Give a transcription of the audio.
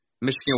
Michigan